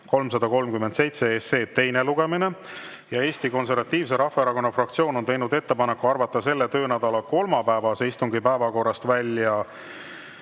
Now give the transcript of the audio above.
337 teine lugemine. Eesti Konservatiivse Rahvaerakonna fraktsioon on teinud ettepaneku arvata selle töönädala kolmapäevase istungi päevakorrast välja